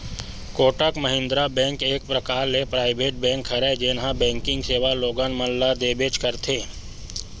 Kotak Mahindra bank एक परकार ले पराइवेट बेंक हरय जेनहा बेंकिग सेवा लोगन मन ल देबेंच करथे